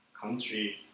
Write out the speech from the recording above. country